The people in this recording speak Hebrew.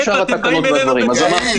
ואתם באים אלינו בטענות.